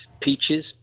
peaches